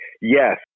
yes